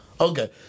Okay